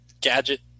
gadget